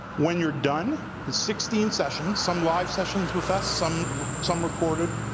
when you're done in sixteen sessions, some live sessions with us, some some recorded,